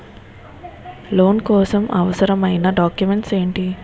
Loan కోసం అవసరమైన documents ఎంటి?